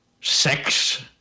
sex